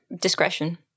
discretion